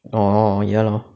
orh ya lor